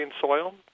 soil